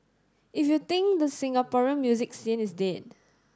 if you think the Singaporean music scene is dead